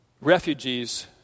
refugees